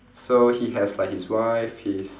so he has like his wife his